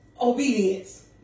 obedience